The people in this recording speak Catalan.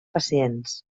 pacients